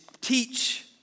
teach